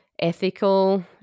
ethical